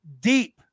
deep